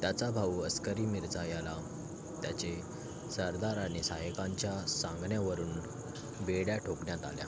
त्याचा भाऊ अस्करी मिर्झा याला त्याचे सरदार आणि सहायकांच्या सांगण्यावरून बेड्या ठोकण्यात आल्या